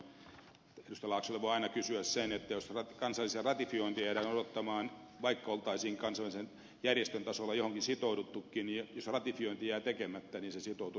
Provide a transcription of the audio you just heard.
laaksolta voi aina kysyä sen että jos kansallisia ratifiointeja jäädään odottamaan vaikka oltaisiin kansainvälisen järjestön tasolla johonkin sitouduttukin jos ratifiointi jää tekemättä niin se sitoutuminen on ilmassa